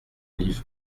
liv